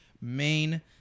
main